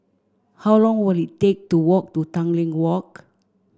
how long will it take to walk to Tanglin Walk